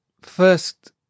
first